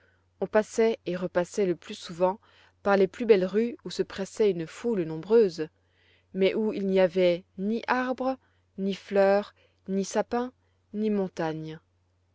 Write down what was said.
on passait et repassait le plus souvent par les plus belles rues où se pressait une foule nombreuse mais où il n'y avait ni arbres ni fleurs ni sapins ni montagnes